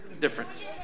difference